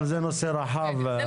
אבל זה נושא רחב.